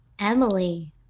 Emily